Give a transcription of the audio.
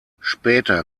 später